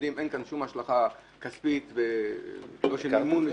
אין כאן שום השלכה כספית והשלכה של מימון,